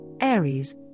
Aries